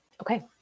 Okay